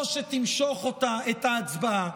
או שתמשוך את ההצבעה,